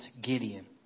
Gideon